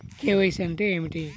KYC అంటే ఏమిటి?